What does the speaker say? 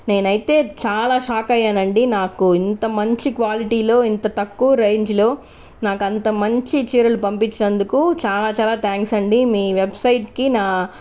నేను అయితే చాలా షాక్ అయ్యానండి నాకు ఇంత మంచి క్వాలిటీలో ఇంత తక్కువ రేంజ్లో నాకు అంత మంచి చీరలు పంపించినందుకు చాలా చాలా త్యాంక్స్ అండి మీ వెబ్సైట్కి నా